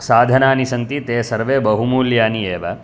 साधनानि सन्ति ते सर्वे बहुमूल्यानि एव